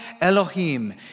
Elohim